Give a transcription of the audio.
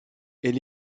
elle